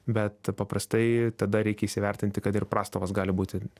bet paprastai tada reikia įsivertinti kad ir prastovos gali būti